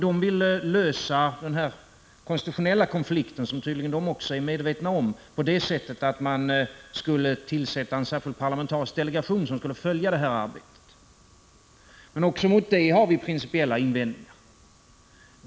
De vill lösa den konstitutionella konflikten, som tydligen också de är medvetna om, genom att en särskild parlamentarisk delegation skulle tillsättas för att följa detta arbete. Också mot detta har vi principiella invändningar.